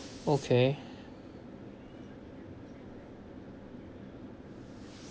okay